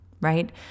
Right